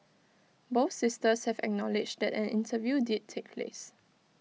both sisters have acknowledged that an interview did take place